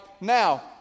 now